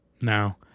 No